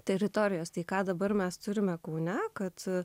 teritorijos tai ką dabar mes turime kaune kad